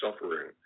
suffering